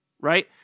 right